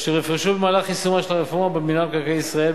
אשר יפרשו במהלך יישומה של הרפורמה במינהל מקרקעי ישראל,